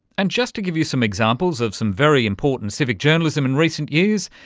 and just to give you some examples of some very important civic journalism in recent years,